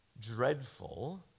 dreadful